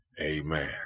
Amen